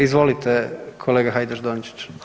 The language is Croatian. Izvolite, kolega Hajdaš Dončić.